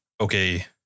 okay